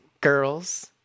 girls